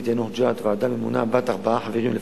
יאנוח-ג'ת ועדה ממונה בת ארבעה חברים לפחות.